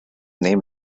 name